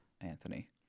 Anthony